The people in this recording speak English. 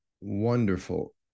wonderful